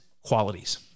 qualities